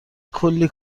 کلی